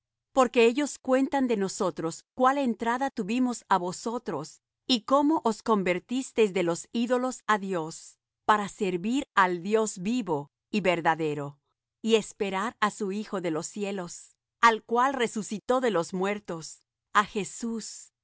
porque ellos cuentan de nosotros cuál entrada tuvimos á vosotros y cómo os convertisteis de los ídolos á dios para servir al dios vivo y verdadero y esperar á su hijo de los cielos al cual resucitó de los muertos á jesús